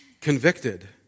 convicted